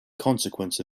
consequence